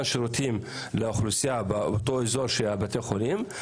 שירותים לאוכלוסייה באותו אזור של בתי החולים.